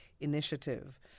initiative